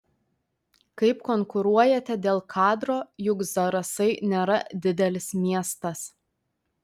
kaip konkuruojate dėl kadro juk zarasai nėra didelis miestas